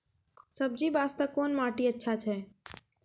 सब्जी बास्ते कोन माटी अचछा छै?